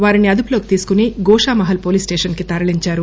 వారిని అదుపులోకి తీసుకుని గోషామహల్ పోలీస్ స్టేషన్ కి తరలించారు